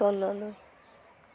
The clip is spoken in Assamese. তললৈ